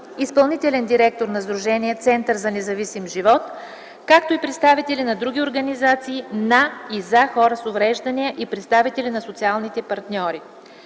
за независим живот”, както и представители на други организации на и за хора с увреждания и представители на социалните партньори.